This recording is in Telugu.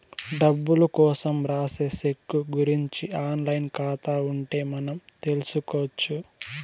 డబ్బులు కోసం రాసే సెక్కు గురుంచి ఆన్ లైన్ ఖాతా ఉంటే మనం తెల్సుకొచ్చు